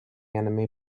enemy